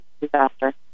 disaster